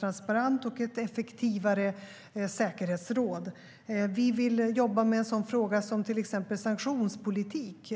transparent och effektivare säkerhetsråd. Vi vill jobba till exempel med frågan om sanktionspolitik.